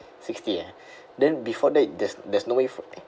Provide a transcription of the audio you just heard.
sixty ah then before that there's there's no way for